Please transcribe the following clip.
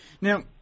Now